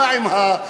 מה עם הפצצה?